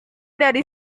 dari